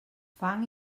fang